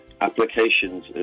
applications